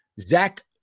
Zach